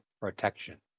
protection